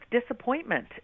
disappointment